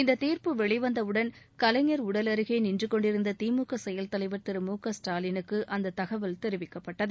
இந்த தீர்ப்பு வெளிவந்தவுடன் கலைஞர் உடல் அருகே நின்று கொண்டிருந்த திமுக செயல் தலைவர் திரு மு க ஸ்டாலினுக்கு அந்த தகவல் தெரிவிக்கப்பட்டது